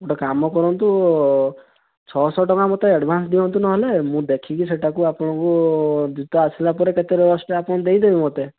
ଗୋଟେ କାମ କରନ୍ତୁ ଛଅଶହ ଟଙ୍କା ମୋତେ ଆଡ଼ଭାନ୍ସ୍ ଦିଅନ୍ତୁ ନହେଲେ ମୁଁ ଦେଖିକି ସେଇଟାକୁ ଆପଣଙ୍କୁ ଜୋତା ଆସିଲା ପରେ କେତେ ରେଷ୍ଟ୍ ଆପଣ ଦେଇଦେବେ ମୋତେ